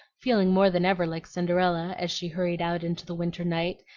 feeling more than ever like cinderella as she hurried out into the winter night,